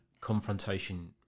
confrontation